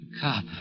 Cop